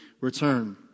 return